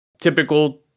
typical